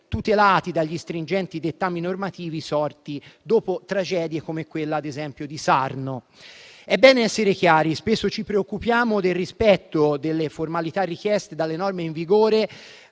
tutelati dagli stringenti dettami normativi sorti dopo tragedie come quella, ad esempio, di Sarno. È bene essere chiari: spesso ci preoccupiamo del rispetto delle formalità richieste dalle norme in vigore,